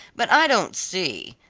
but i don't see,